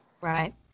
Right